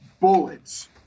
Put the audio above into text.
bullets